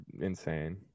insane